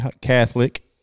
Catholic